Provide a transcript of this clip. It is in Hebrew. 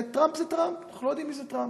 שטראמפ זה טראמפ, אנחנו לא יודעים מי זה טראמפ.